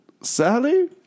Sally